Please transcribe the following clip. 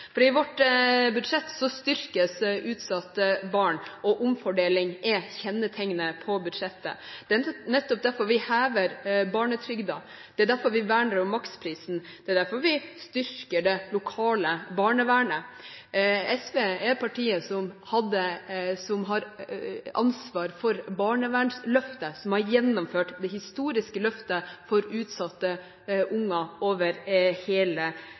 i vårt budsjett styrkes utsatte barn, og omfordeling er kjennetegnet på budsjettet. Det er nettopp derfor vi hever barnetrygden, det er derfor vi verner om maksprisen, det er derfor vi styrker det lokale barnevernet. SV er partiet som har ansvar for barnevernsløftet, som har gjennomført det historiske løftet for utsatte unger over hele